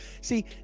See